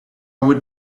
will